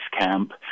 camp